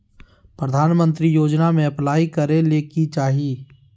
प्रधानमंत्री योजना में अप्लाई करें ले की चाही?